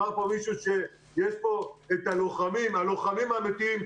יש פה את הלוחמים האמיתיים,